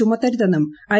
ചുമത്തരുതെന്നും I